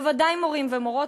בוודאי מורים ומורות,